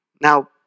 Now